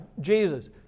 Jesus